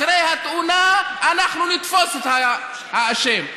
אחרי התאונה אנחנו נתפוס את האשם.